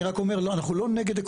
אני רק אומר, אנחנו לא נגד.